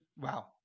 Wow